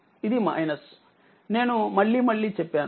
ఇది నేనుమళ్ళీ మళ్ళీ చెప్పాను